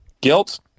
guilt